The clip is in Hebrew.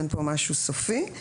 אין פה משהו סופי.